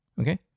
Okay